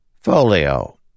Folio